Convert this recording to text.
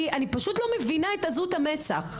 אני פשוט לא מבינה את עזות המצח.